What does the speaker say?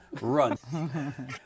run